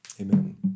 Amen